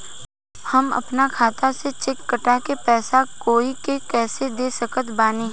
हम अपना खाता से चेक काट के पैसा कोई के कैसे दे सकत बानी?